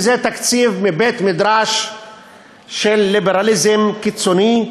וזה תקציב מבית-המדרש של ליברליזם קיצוני,